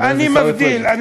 חבר הכנסת עיסאווי, אני מבדיל.